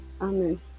Amen